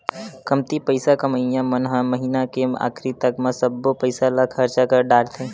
कमती पइसा कमइया मन ह महिना के आखरी तक म सब्बो पइसा ल खरचा कर डारथे